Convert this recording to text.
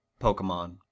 Pokemon